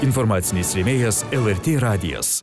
informacinis rėmėjas lrt radijas